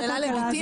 זאת שאלה לגיטימית,